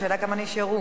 השאלה, כמה נשארו.